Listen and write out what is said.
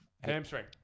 Hamstring